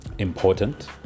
Important